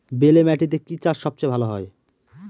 বেলে মাটিতে কি চাষ সবচেয়ে ভালো হয়?